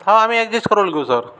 हा आम्ही ॲडजेस् करून घेऊ सर